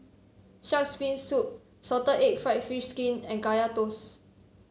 Shark's fin soup Salted Egg fried fish skin and Kaya Toast